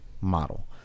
model